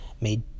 made